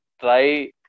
try